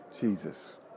Jesus